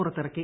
പുറത്തിറക്കി